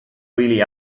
really